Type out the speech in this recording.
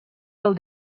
del